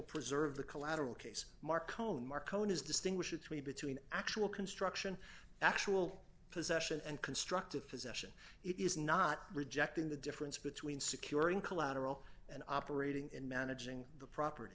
preserve the collateral case mark own mark owen is distinguish between between actual construction actual possession and constructive possession it is not rejecting the difference between securing collateral and operating in managing the property